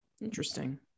Interesting